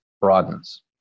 broadens